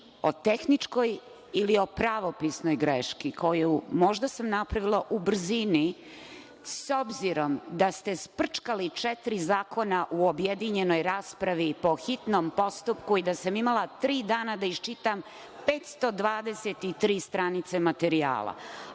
o tehničkoj ili o pravopisnoj greški koju sam možda napravila u brzini, s obzirom da ste sprčkali četiri zakona u objedinjenoj raspravi po hitnom postupku i da sam imala tri dana da iščitam 523 stranice materijala.